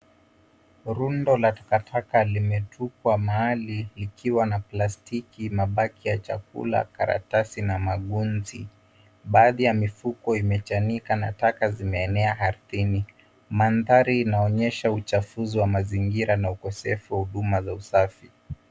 Rundo la takataka limetupwa mahali, likiwa na plastiki, mabaki ya chakula, karatasi, na maguzi. Baadhi ya mifuko imechanika, na taka zimeenea ardhini. Mandhari inaonyesha uchafuzi wa mazingira na ukosefu wa huduma za usafi.